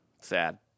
sad